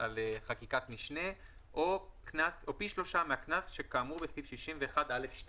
או פי שלושה מהקנס כאמור בסעיף 61(א)(2).